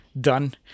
done